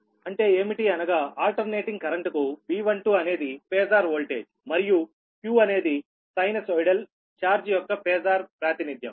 అంటే ఏమిటి అనగా ఏకాంతర ప్రవాహం కు V12 అనేది ఫేజార్ వోల్టేజ్ మరియు q అనేది సైను సోయిడల్ చార్జి యొక్క ఫేజార్ ప్రాతినిథ్యం